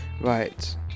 right